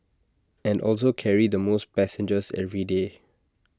and also carry the most passengers every day